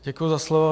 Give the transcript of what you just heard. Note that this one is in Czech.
Děkuji za slovo.